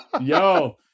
yo